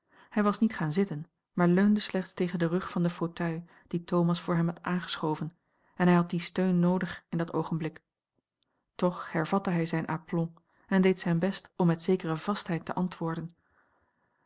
hij was niet gaan zitten maar leunde slechts tegen den rug van den fauteuil dien thomas voor hem had aangeschoven en hij had dien steun noodig in dat oogenblik toch hervatte hij zijn aplomb en deed zijn best om met zekere vastheid te antwoorden